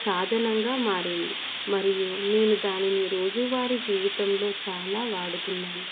సాధనంగా మారింది మరియు నేను దానిని రోజువారి జీవితంలో చాలా వాడుతున్నాను